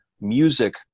music